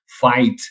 fight